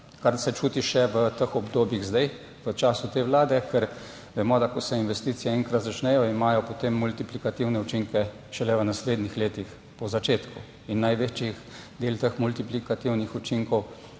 kar se čuti še v teh obdobjih zdaj v času te Vlade, ker vemo, da ko se investicije enkrat začnejo, imajo potem multiplikativne učinke šele v naslednjih letih po začetku. In največji del teh multiplikativnih učinkov